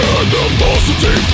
animosity